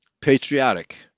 patriotic